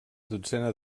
dotzena